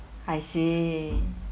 I see